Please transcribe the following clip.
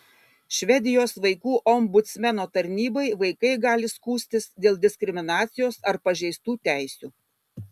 švedijos vaikų ombudsmeno tarnybai vaikai gali skųstis dėl diskriminacijos ar pažeistų teisių